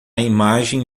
imagem